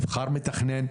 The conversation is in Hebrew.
נבחר מתכנן,